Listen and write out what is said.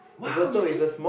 !wow! you see